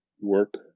work